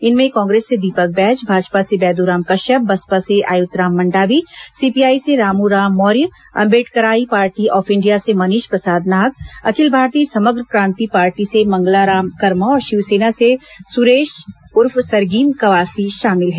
इनमें कांग्रेस से दीपक बैज भाजपा से बैद्राम कश्यप बसपा से आयतुराम मंडावी सीपीआई से Ramuram Maurya Ambedkarite party of India से मनीष प्रसाद नाग अखिल भारतीय समग्र क्रांति पार्टी से मंगलाराम कर्मा और शिवसेना से सुरेश उर्फ सरगीम कवासी शामिल हैं